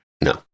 No